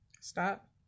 Stop